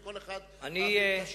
וכל אחד מעביר את השרביט.